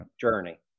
journey